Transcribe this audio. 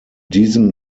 diesem